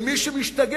של מי שמשתגע.